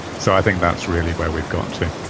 so i think that's really where we've got to.